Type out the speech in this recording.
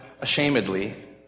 ashamedly